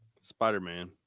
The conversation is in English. Spider-Man